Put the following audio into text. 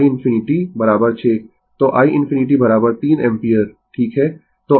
तो i ∞ 3 ampere ठीक है